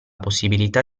possibilità